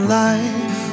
life